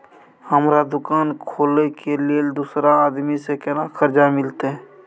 हमरा दुकान खोले के लेल दूसरा आदमी से केना कर्जा मिलते?